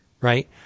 Right